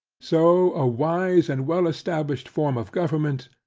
so, a wise and well established form of government,